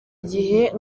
gihe